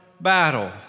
battle